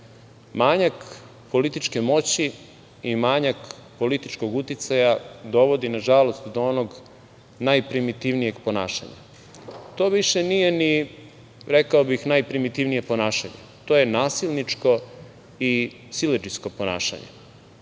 Manjak političke moći i manjak političkog uticaja dovodi nažalost do onog najprimitivnijeg ponašanja. To više nije ni, rekao bih, najprimitivnije ponašanje, to je nasilničko i siledžijsko ponašanje.